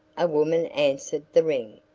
a woman answered the ring.